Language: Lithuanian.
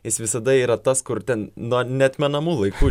jis visada yra tas kur ten nuo neatmenamų laikų